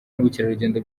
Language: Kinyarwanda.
n’ubukerarugendo